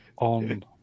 on